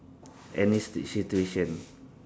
any situ~ situation